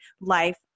life